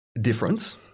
Difference